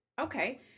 Okay